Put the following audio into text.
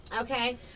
Okay